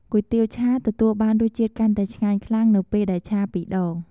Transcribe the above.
គុយទាវឆាទទួលបានរសជាតិកាន់តែឆ្ងាញ់ខ្លាំងនៅពេលដែលឆាពីរដង។